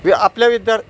वि आपले विद्यार